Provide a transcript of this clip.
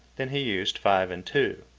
when he used five and two.